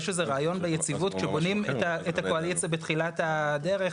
יש איזשהו רעיון ביציבות כשבונים את הקואליציה בתחילת הדרך,